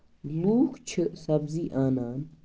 لُکھ چھِ سَبزی انان